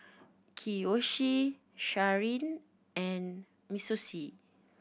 Kiyoshi Sharyn and